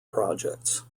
projects